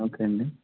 okay అండి